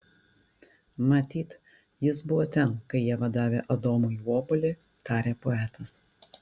matyt jis buvo ten kai ieva davė adomui obuolį tarė poetas